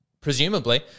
Presumably